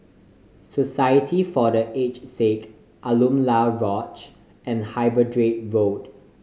Society for The Aged Sick Alaunia Lodge and Hyderabad Road